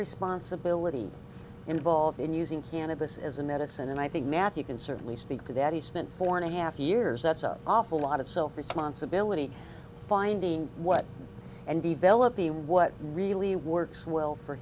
responsibility involved in using cannabis as a medicine and i think matthew can certainly speak to that he spent four and a half years that's an awful lot of self responsibility finding what and develop the what really works well for